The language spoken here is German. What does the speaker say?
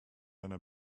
einer